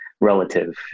relative